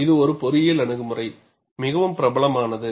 இது ஒரு பொறியியல் அணுகுமுறை மிகவும் பிரபலமானது